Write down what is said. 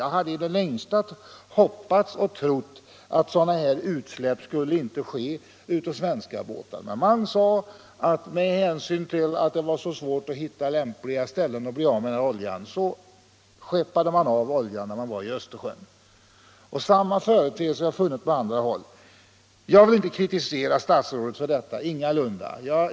Jag hade i det längsta hoppats och trott att sådana utsläpp inte skulle göras av svenska båtar. Man framhöll att det var svårt att hitta lämpliga ställen att bli av med oljan, och därför skippade man den när man var i Östersjön. Samma företeelse har funnits på andra håll. Jag vill inte kritisera statsrådet för detta, ingalunda.